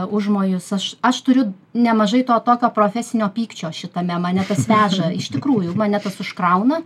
užmojus aš aš turiu nemažai to tokio profesinio pykčio šitame mane tas veža iš tikrųjų mane tas užkrauna